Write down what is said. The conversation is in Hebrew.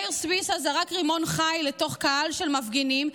מאיר סוויסה זרק רימון חי לתוך קהל של מפגינים,